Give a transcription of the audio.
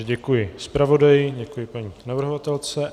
Děkuji zpravodaji, děkuji paní navrhovatelce.